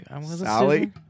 Sally